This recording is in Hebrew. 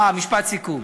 אה, משפט סיכום.